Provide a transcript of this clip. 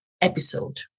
episode